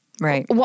Right